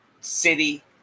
city